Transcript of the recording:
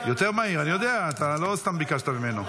יותר מהיר, אני יודע, לא סתם ביקשת ממנו.